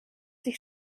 sich